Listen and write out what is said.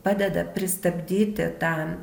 padeda pristabdyti tą